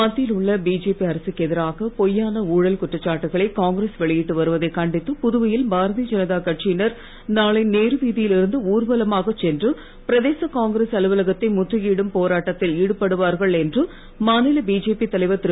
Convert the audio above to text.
மத்தியில் உள்ள பிஜேபி அரசுக்கு எதிராக பொய்யான ஊழல் குற்றச்சாட்டுகளை காங்கிரஸ் வெளியிட்டு வருவதைக் கண்டித்து புதுவையில் பாரதிய ஜனதா கட்சியினர் நாளை நேருவீதியில் இருந்து ஊர்வலமாகச் சென்று பிரதேச காங்கிரஸ் அலுவலகத்தை முற்றுகையிடும் போராட்டத்தில் ஈடுபடுவார்கள் என்று மாநில பிஜேபி தலைவர் திரு